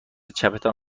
چپتان